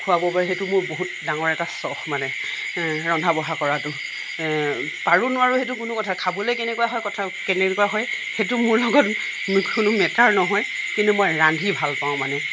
খুৱাব পাৰোঁ সেইটো মোৰ বহুত ডাঙৰ এটা চখ মানে ৰন্ধা বঢ়া কৰাটো পাৰোঁ নোৱাৰোঁ সেইটো কোনো কথা নাই খাবলৈ কেনেকুৱা হয় কথা কেনেকুৱা হয় সেইটো মোৰ লগত কোনো মেটাৰ নহয় কিন্তু মই ৰান্ধি ভাল পাওঁ মানে